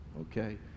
okay